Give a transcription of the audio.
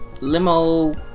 limo